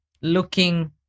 looking